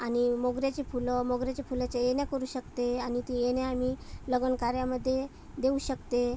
आणि मोगऱ्याची फुलं मोगऱ्याच्या फुलाच्या वेण्या करू शकते आणि त्या वेण्या आम्ही लग्नकार्यामध्ये देऊ शकतो